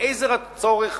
מאיזה צורך,